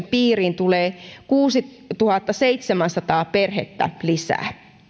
piiriin tulee kuusituhattaseitsemänsataa perhettä lisää